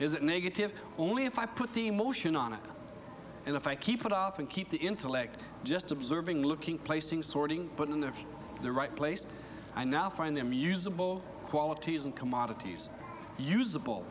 is it negative only if i put emotion on it and if i keep it off and keep the intellect just observing looking placing sorting put in there for the right place i now find them usable qualities and commodities usable